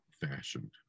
fashioned